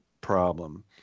problem